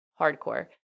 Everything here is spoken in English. hardcore